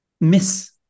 miss